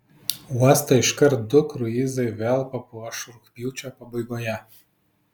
uostą iškart du kruizai vėl papuoš rugpjūčio pabaigoje